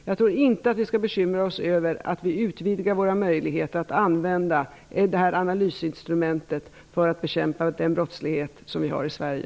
Jag tror inte att vi skall bekymra oss över att vi utvidgar våra möjligheter att använda det här analysinstrumentet för att bekämpa den brottslighet som vi har i Sverige.